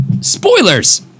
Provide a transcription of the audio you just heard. Spoilers